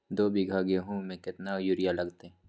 दो बीघा गेंहू में केतना यूरिया लगतै?